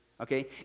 Okay